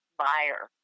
buyer